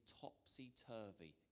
topsy-turvy